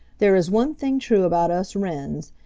there is one thing true about us wrens,